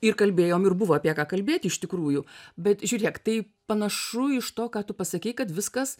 ir kalbėjom ir buvo apie ką kalbėt iš tikrųjų bet žiūrėk tai panašu iš to ką tu pasakei kad viskas